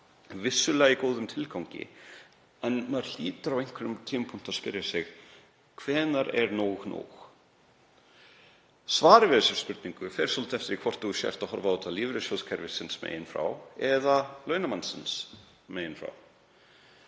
vissulega í góðum tilgangi en maður hlýtur á einhverjum tímapunkti að spyrja sig: Hvenær er nóg nóg? Svarið við þeirri spurningu fer svolítið eftir því hvort horft er á þetta lífeyrissjóðakerfisins megin eða launamannsins megin.